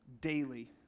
daily